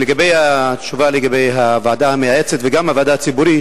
לגבי התשובה לגבי הוועדה המייעצת וגם הוועדה הציבורית,